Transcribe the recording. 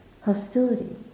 hostility